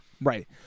Right